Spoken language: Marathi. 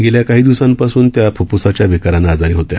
गेल्या काही दिवसांपासून त्या फुफ्फुसाच्या विकारानं आजारी होत्या